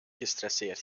gestresseerd